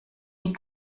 die